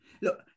Look